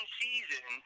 season